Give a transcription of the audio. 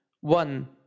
one